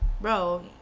Bro